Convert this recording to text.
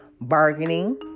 bargaining